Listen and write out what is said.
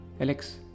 Alex